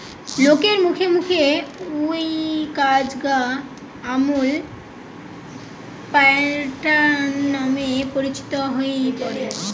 লোকের মুখে মুখে অউ কাজ গা আমূল প্যাটার্ন নামে পরিচিত হই পড়ে